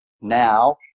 now